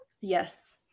Yes